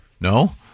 No